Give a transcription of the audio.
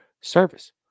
service